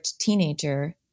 teenager